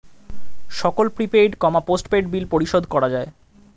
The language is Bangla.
সকল প্রিপেইড, পোস্টপেইড বিল পরিশোধ করা যায়